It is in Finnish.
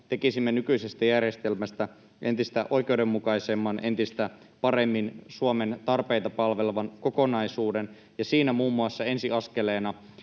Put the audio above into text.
tekisimme nykyisestä järjestelmästä entistä oikeudenmukaisemman, entistä paremmin Suomen tarpeita palvelevan kokonaisuuden, ja siinä muun muassa ensiaskeleena,